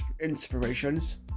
inspirations